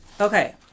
Okay